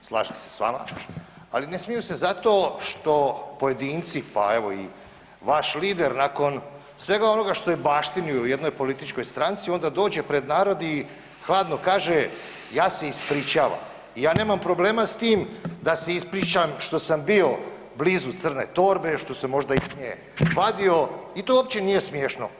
Slažem se s vama, ali ne smiju se zato što pojedinci, pa evo i vaš lider nakon svega onoga što je baštinio u jednoj političkoj stranci onda dođe pred narod i hladno kaže, ja se ispričavam, ja nemam problema s tim da se ispričam što sam bio blizu crne torbe, što sam možda iz nje vadio i to uopće nije smiješno.